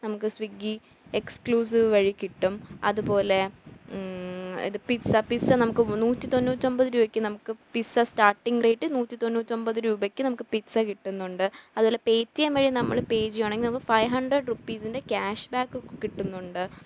നമുക്ക് Swiggy exclusive വഴി കിട്ടും അതുപോലെ ഇത് പിസ്സ പിസ്സ നമുക്ക് നൂറ്റി തൊണ്ണൂറ്റൊൻപത് രൂപയ്ക്ക് പിസ്സ സ്റ്റാർട്ടിങ് റേറ്റ് നൂറ്റി തൊണ്ണൂറ്റൊൻപത് രൂപയ്ക്ക് നമുക്ക് പിസ്സ കിട്ടുന്നുണ്ട് അതുപോലെ പേ റ്റി എം വഴി നമ്മൾ പേ ചെയ്യുകയാണെങ്കിൽ നമുക്ക് five hundred rupees cash back കിട്ടുന്നുണ്ട്